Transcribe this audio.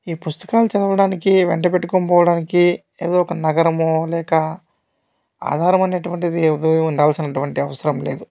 ఈ పుస్తకాలు చదవడానికి వెంటబెట్టుకోని పోవడానికి ఏదో ఒక నగరమో లేక ఆధారమనే అటువంటిది ఏది ఉండాల్సిన అటువంటి అవసరం లేదు